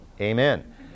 Amen